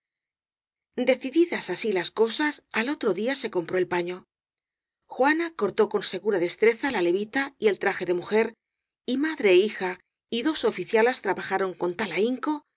decididas así las cosas al otro día se compró el paño juana cortó con segura destreza la levita y el traje de mujer y madre é hija y dos oficialas trabajaion con tal ahinco